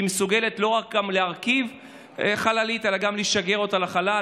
היא מסוגלת לא רק להרכיב חללית אלא גם לשגר אותה לחלל.